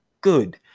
good